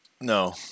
No